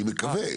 אני מקווה.